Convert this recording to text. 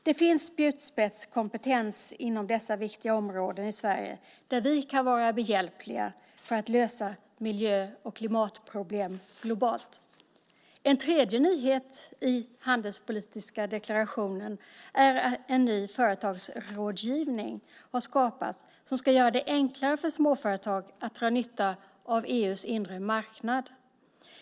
Det finns spjutspetskompetens inom dessa viktiga områden i Sverige, där vi kan vara behjälpliga för att lösa miljö och klimatproblem globalt. En tredje nyhet i den handelspolitiska deklarationen är en ny företagsrådgivning som ska göra det enklare för småföretag att dra nytta av EU:s inre marknad.